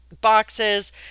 boxes